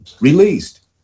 released